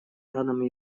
рядом